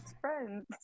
friends